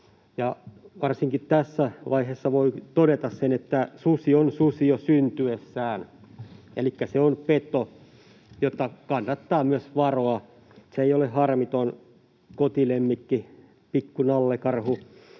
Varsinkin tässä vaiheessa voi todeta sen, että susi on susi jo syntyessään, elikkä se on peto, jota kannattaa myös varoa. Se ei ole harmiton kotilemmikki, pikku nallekarhu.